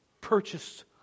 purchased